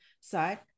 side